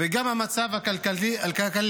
וגם המצב הכלכלי